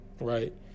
Right